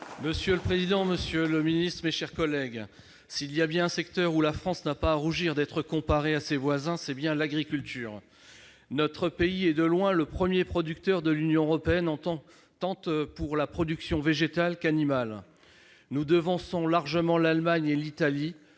Monsieur le président, monsieur le ministre, mes chers collègues, s'il y a bien un secteur où la France n'a pas à rougir d'être comparée à ses voisins, c'est bien l'agriculture. Notre pays est de loin le premier producteur de l'Union européenne pour la production tant végétale qu'animale. Nous devançons largement l'Allemagne et l'Italie,